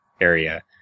area